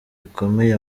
bikomeye